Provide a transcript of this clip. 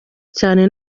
cyane